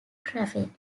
traffic